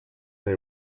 they